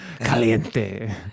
Caliente